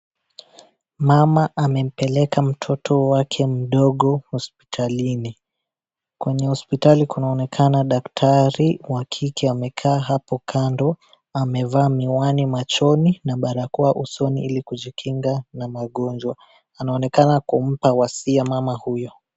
Mama amempeleka mtoto wake mdogo hospitalini. Kwenye hospitali kunaonekana daktari wa kike amekaa hapo kando amevaa miwani machoni na barakoa usoni ili kujikinga na magonjwa anaonekana kumpa wasia mama huyo